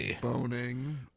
boning